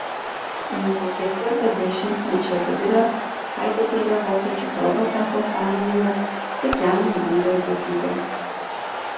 nuo ketvirto dešimtmečio vidurio haidegerio vokiečių kalba tapo sąmoninga tik jam būdinga ypatybe